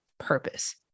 purpose